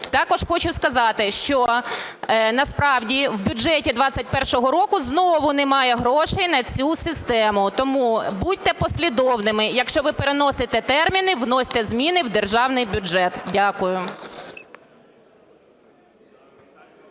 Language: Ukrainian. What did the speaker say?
Також хочу сказати, що насправді в бюджеті 21-го року знову немає грошей на цю систему. Тому будьте послідовними. Якщо ви переносите терміни, вносьте зміни в державний бюджет. Дякую.